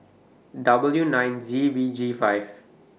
W nine Z V G five